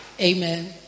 Amen